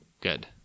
Good